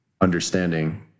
understanding